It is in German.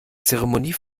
zeremonie